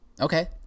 okay